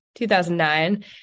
2009